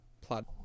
plot